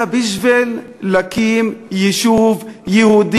אלא בשביל להקים יישוב יהודי,